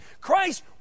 Christ